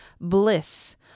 bliss